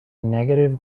negative